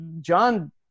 John